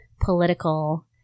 political